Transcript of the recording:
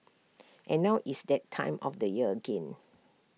and now it's that time of the year again